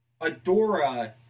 Adora